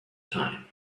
time